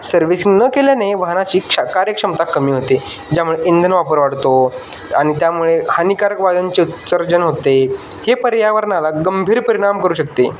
servicing न केल्याने वाहनाची क्ष कार्यक्षमता कमी होते ज्यामुळे इंधन वापर वाढतो आणि त्यामुळे हानिकारक वायूंचे उत्सर्जन होते हे पर्यावरणाला गंभीर परिणाम करू शकते